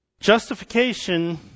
Justification